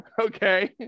Okay